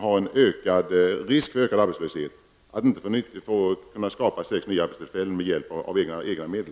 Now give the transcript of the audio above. Där finns dessutom risk för ökad arbetslöshet, men företaget får inte skapa sex nya arbetstillfällen med hjälp av egna medel.